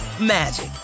magic